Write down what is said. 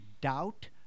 doubt